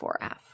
4F